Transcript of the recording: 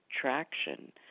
traction